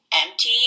empty